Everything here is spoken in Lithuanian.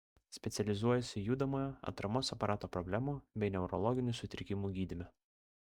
specializuojasi judamojo atramos aparato problemų bei neurologinių sutrikimų gydyme